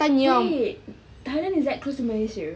wait thailand is that close to malaysia